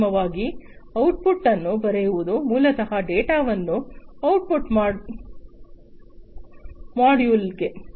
ಅಂತಿಮವಾಗಿ ಔಟ್ಪುಟ್ ಅನ್ನು ಬರೆಯುವುದು ಮೂಲತಃ ಡೇಟಾವನ್ನು ಔಟ್ಪುಟ್ ಮಾಡ್ಯೂಲ್ಗೆ